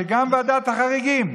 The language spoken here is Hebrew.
שגם ועדת החריגים,